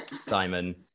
Simon